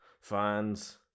fans